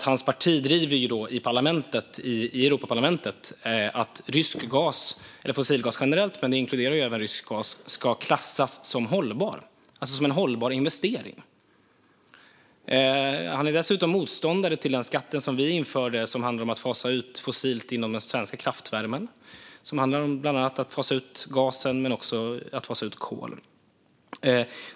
Hans parti driver ju i Europaparlamentet att rysk gas - eller fossilgas generellt, men det inkluderar ju även rysk gas - ska klassas som en hållbar investering. Han är dessutom motståndare till den skatt som vi införde som handlar om att fasa ut fossilt inom den svenska kraftvärmen, bland annat gas och kol.